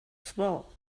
swell